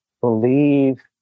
Believe